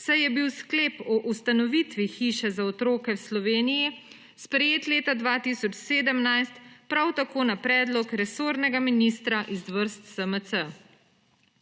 saj je bil sklep o ustanovitvi hiše za otroke v Sloveniji sprejet leta 2017, prav tako na predlog resornega ministra iz vrst SMC.